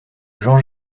jean